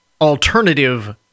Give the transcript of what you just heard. alternative